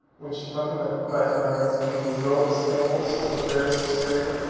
which mahomet might learn when he drove his camels to the fairs of syria,